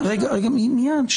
מייד.